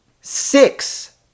six